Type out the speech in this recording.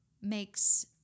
makes